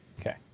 Okay